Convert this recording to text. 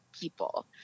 people